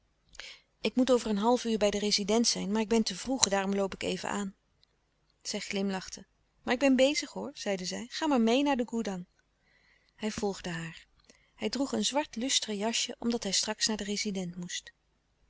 ik moet over een half uur bij den rezident zijn maar ik ben te vroeg daarom loop ik even aan zij glimlachte maar ik ben bezig hoor zeide zij ga maar meê naar de goedang hij volgde haar hij droeg een zwart lustre jasje omdat hij straks naar den rezident moest